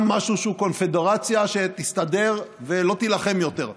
משהו שהוא קונפדרציה שתסתדר ולא תילחם יותר.